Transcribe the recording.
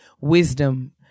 wisdom